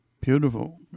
Beautiful